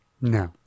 No